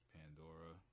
Pandora